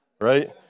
right